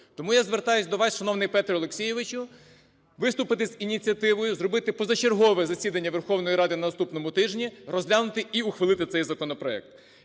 Тому я звертаюся до вас, шановний Петре Олексійовичу, виступити з ініціативою зробити позачергове засідання Верховної Ради на наступному тижні, розглянути і ухвалити цей законопроект.